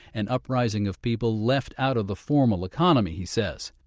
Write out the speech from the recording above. an uprising of people left out of the formal economy, he says.